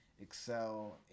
excel